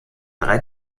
drei